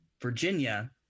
Virginia